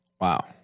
wow